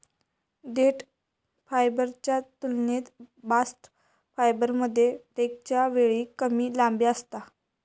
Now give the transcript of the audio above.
देठ फायबरच्या तुलनेत बास्ट फायबरमध्ये ब्रेकच्या वेळी कमी लांबी असता